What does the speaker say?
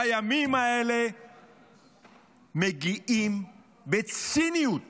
בימים האלה מגיעים בציניות